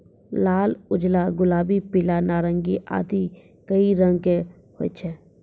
लाल, उजला, गुलाबी, पीला, नारंगी आदि कई रंग के होय छै